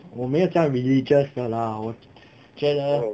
我没有酱 religious 的啦我觉得